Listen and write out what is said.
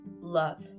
love